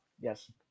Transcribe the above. Yes